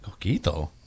Coquito